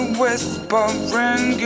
whispering